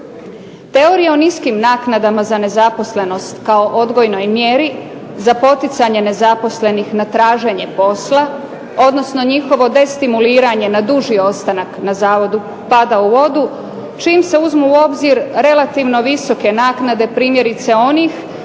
Teorija o niskim naknadama za nezaposlenost kao odgojnoj mjeri za poticanje nezaposlenih na traženje posla, odnosno njihovo destimuliranje na duži ostanak na zavodu pada u vodu čim se uzmu u obzir relativno visoke naknade primjerice onih